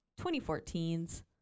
2014's